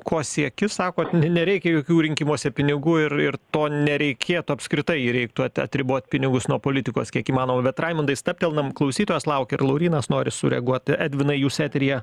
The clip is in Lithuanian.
ko sieki sakot n nereikia jokių rinkimuose pinigų ir ir to nereikėtų apskritai reiktų at atribot pinigus nuo politikos kiek įmanoma bet raimundui stabtelnam klausytojas laukia ir laurynas nori sureaguoti edvinai jūs eteryje